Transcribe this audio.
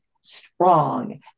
strong